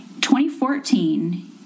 2014